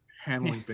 handling